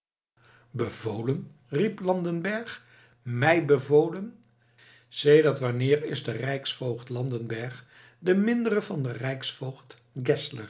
bevolen riep landenberg mij bevolen sedert wanneer is de rijksvoogd landenberg de mindere van den rijksvoogd